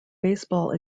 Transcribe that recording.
baseball